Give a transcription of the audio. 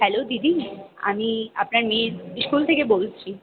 hello দিদি আমি আপনার মেয়ের স্কুল থেকে বলছি